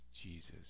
Jesus